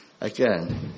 again